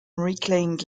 reclaimed